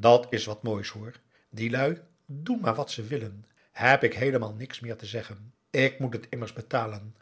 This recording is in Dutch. at is wat moois hoor die lui doen maar wat ze willen heb ik heelemaal niks meer te zeggen ik moet het immers betalen